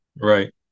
Right